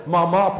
Mama